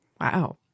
Wow